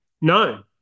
No